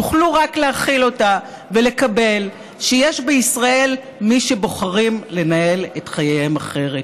תוכלו רק להכיל אותה ולקבל שיש בישראל מי שבוחרים לנהל את חייהם אחרת.